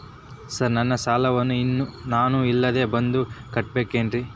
Sir ನನ್ನ ಸಾಲವನ್ನು ನಾನು ಇಲ್ಲೇ ಬಂದು ಕಟ್ಟಬೇಕೇನ್ರಿ?